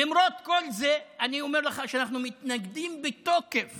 למרות כל זה אני אומר לך שאנחנו מתנגדים בתוקף